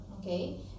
okay